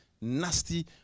nasty